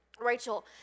Rachel